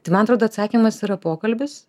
tai man atrodo atsakymas yra pokalbis